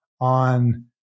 on